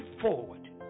forward